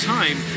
time